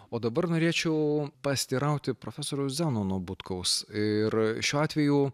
o dabar norėčiau pasiteirauti profesoriaus zenono butkaus ir šiuo atveju